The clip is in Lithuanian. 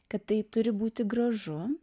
kad tai turi būti gražu